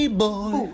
boy